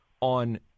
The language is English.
on